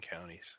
Counties